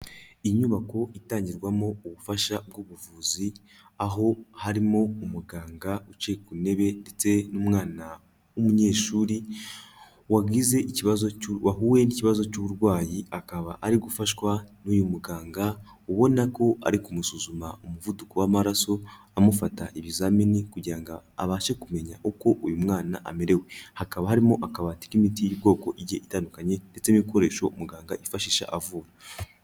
Inyubako itangirwamo ubufasha bw'ubuvuzi. Aho harimo umuganga wicaye ku ntebe ndetse n'umwana w'umunyeshuri wagize ikibazo wahuye n'ikibazo cy'uburwayi akaba ari gufashwa n'uyu muganga ubona ko ari kumusuzuma umuvuduko w'amaraso, amufata ibizamini kugira ngo abashe kumenya uko uyu mwana amerewe. Hakaba harimo akabati k'imiti y'ubwoko igiye itandukanye ndetse n'ibikoresho umuganga yifashisha avura.